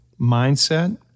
mindset